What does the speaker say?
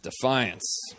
defiance